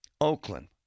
Oakland